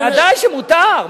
בוודאי שמותר,